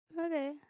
Okay